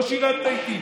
לא שיננת איתי,